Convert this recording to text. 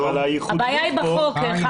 הבעיה היא בחוק.